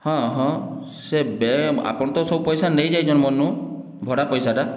ହଁ ହଁ ସେ ବେ ଆପଣ ତ ସବୁ ପଇସା ନେଇଯାଇଛନ୍ତି ମୋର୍ନୁ ଭଡ଼ା ପଇସାଟା